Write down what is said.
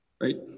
right